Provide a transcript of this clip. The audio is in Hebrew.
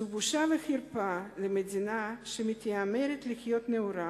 זו בושה וחרפה למדינה שמתיימרת להיות נאורה.